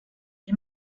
est